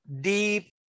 deep